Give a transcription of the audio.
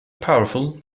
powerful